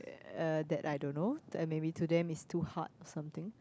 uh that I don't know that maybe to them is too hard or something